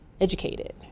Educated